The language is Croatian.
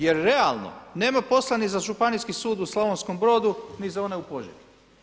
Jer realno nema posla ni za županijski sud u Slavonskom Brodu ni za one u Požegi.